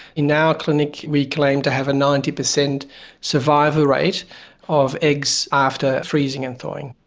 in our clinic we claim to have a ninety percent survival rate of eggs after freezing and thawing.